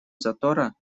затора